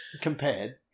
Compared